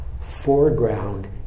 foreground